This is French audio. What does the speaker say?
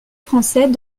français